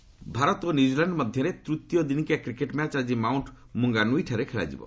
cricket Bharat ଓ New Zealand ମଧ୍ୟରେ ତୂତୀୟ ଦିନିକିଆ କ୍ୱିକେଟ୍ ମ୍ୟାଚ୍ ଆଜି ମାଉଣ୍ଟ ମ୍ରଙ୍ଗାନ୍ଦଇଠାରେ ଖେଳାଯିବ